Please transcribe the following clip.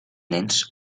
nens